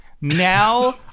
Now